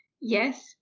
Yes